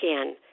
again